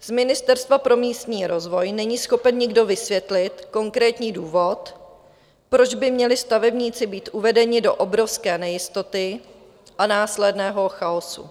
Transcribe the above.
Z Ministerstva pro místní rozvoj není schopen nikdo vysvětlit konkrétní důvod, proč by měli stavebníci být uvedeni do obrovské nejistoty a následného chaosu.